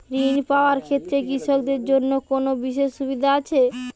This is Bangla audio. ঋণ পাওয়ার ক্ষেত্রে কৃষকদের জন্য কোনো বিশেষ সুবিধা আছে?